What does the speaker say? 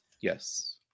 Yes